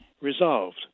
resolved